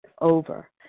over